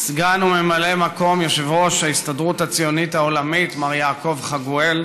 סגן ממלא מקום יושב-ראש ההסתדרות הציונית העולמית מר יעקב חגואל,